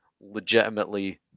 legitimately